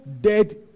dead